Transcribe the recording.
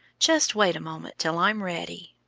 just wait a moment till i'm ready.